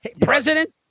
president